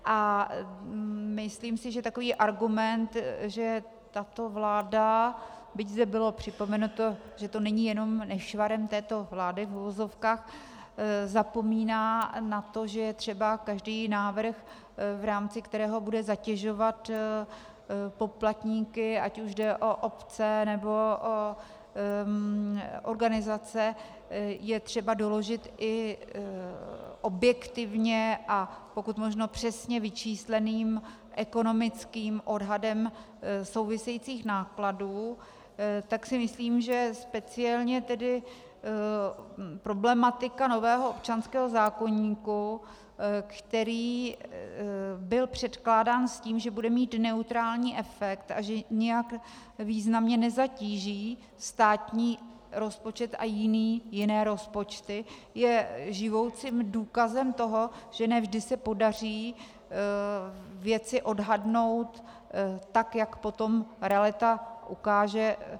A myslím si, že takový argument, že tato vláda, byť zde bylo připomenuto, že to není jenom nešvarem této vlády, v uvozovkách, zapomíná na to, že je třeba každý návrh, v rámci kterého bude zatěžovat poplatníky, ať už jde o obce, nebo o organizace, je třeba doložit i objektivně a pokud možno přesně vyčísleným ekonomickým odhadem souvisejících nákladů, tak si myslím, že speciálně tedy problematika nového občanského zákoníku, který byl předkládán s tím, že bude mít neutrální efekt a že nijak významně nezatíží státní rozpočet a jiné rozpočty, je živoucím důkazem toho, že ne vždy se podaří věci odhadnout tak, jak potom realita ukáže.